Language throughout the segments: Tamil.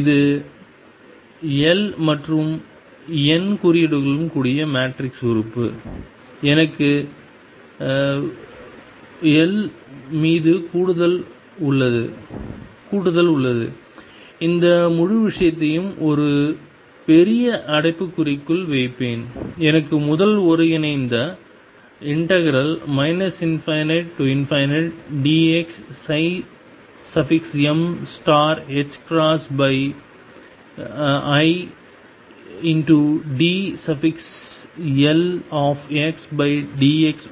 இது l மற்றும் n குறியீடுகளுடன் கூடிய மேட்ரிக்ஸ் உறுப்பு எனக்கு l மீது கூட்டுதல் உள்ளது இந்த முழு விஷயத்தையும் ஒரு பெரிய அடைப்புக்குறிக்குள் வைப்பேன் எனக்கு முதல் ஒருங்கிணைந்த ∞dx midldx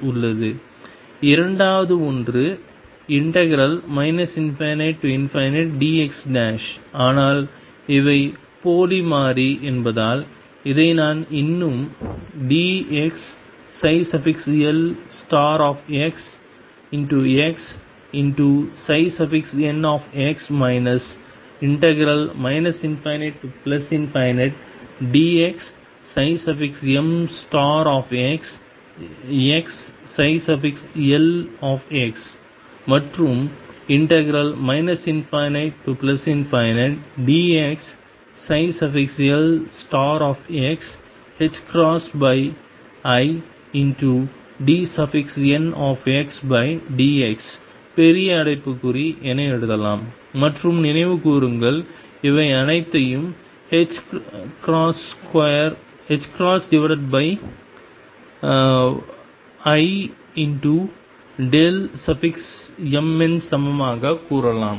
உள்ளது இரண்டாவது ஒன்று ∞dx ஆனால் இவை போலி மாறி என்பதால் இதை நான் இன்னும் dx lxxnx ∞dx mxxl மற்றும் ∞dx lx idndx பெரிய அடைப்புக்குறி என எழுதலாம் மற்றும் நினைவு கூறுங்கள் இவை அனைத்தையும் imn சமமாக கூறலாம்